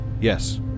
Yes